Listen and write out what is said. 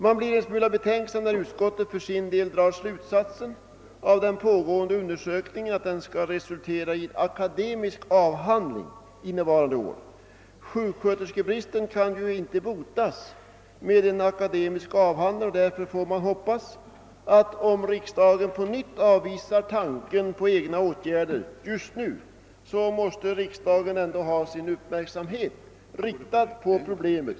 Man blir en smula betänksam när riksdagen för sin del drar den slutsatsen av den pågående undersökningen, att den skall resultera i en akademisk avhandling innevarande år. Sjuksköterskebristen kan ju inte botas med en akademisk avhandling, och därför får man hoppas att riksdagen, om riksdagen på nytt avvisar tanken på egna åtgärder just nu, kommer att ha sin uppmärksamhet riktad på problemet.